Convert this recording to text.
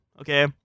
okay